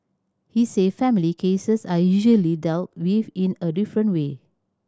he said family cases are usually dealt with in a different way